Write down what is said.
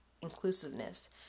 inclusiveness